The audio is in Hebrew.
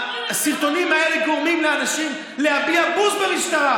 הסרטונים האלה גורמים לאנשים להביע בוז במשטרה,